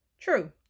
True